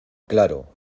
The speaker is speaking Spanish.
claro